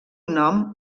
nom